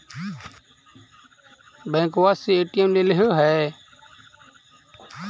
बैंकवा से ए.टी.एम लेलहो है?